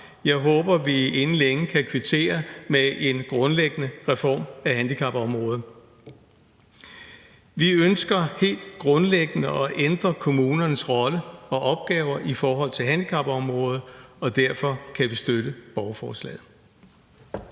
jeg håber, at vi inden længe kan kvittere med en grundlæggende reform af handicapområdet. Vi ønsker helt grundlæggende at ændre kommunernes rolle og opgaver i forhold til handicapområdet, og derfor kan vi støtte borgerforslaget.